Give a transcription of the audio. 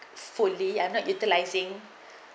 fully I'm not utilizing